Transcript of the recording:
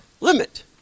limit